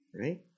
right